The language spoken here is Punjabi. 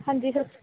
ਹਾਂਜੀ ਸਰ